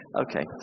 Okay